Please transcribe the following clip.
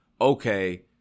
okay